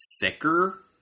thicker